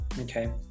okay